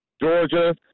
Georgia